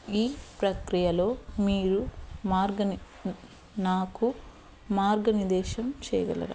ఈ ప్రక్రియలో మీరు మార్గని నాకు మార్గనిర్దేశం చేయగలరా